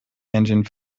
engine